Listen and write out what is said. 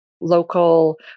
local